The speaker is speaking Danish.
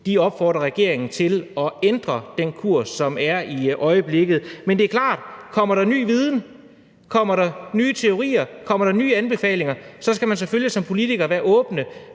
opfordrer regeringen til at ændre den kurs, som er i øjeblikket. Men det er klart, at kommer der ny viden, kommer der nye teorier, kommer der nye anbefalinger, så skal man selvfølgelig som politiker være åben